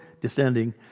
descending